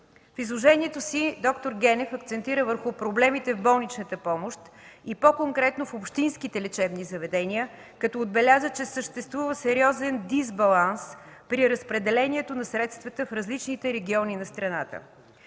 В изложението си д-р Генев акцентира върху проблемите в болничната помощ и по-конкретно в общинските лечебни заведения, като отбеляза, че съществува сериозен дисбаланс при разпределението на средствата в различните региони на страната.